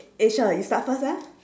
eh shir you start first eh